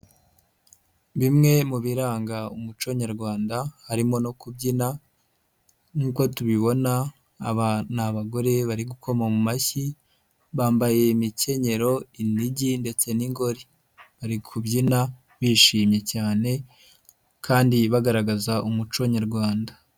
Bimwe mu biranga umuco nyarwanda, harimo no kubyina nk'uko tubibona, aba ni abagore bari gukoma mu mashyi, bambaye imikenyero, inigi ndetse n'ingori, bari kubyina bishimye cyane kandi bagaragaza umuco nyarwanda.